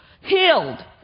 healed